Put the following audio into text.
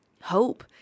Hope